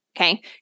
okay